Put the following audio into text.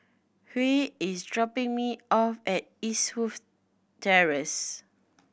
Huy is dropping me off at Eastwood Terrace